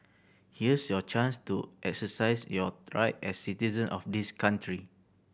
here's your chance to exercise your right as citizen of this country